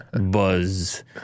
buzz